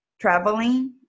traveling